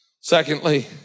Secondly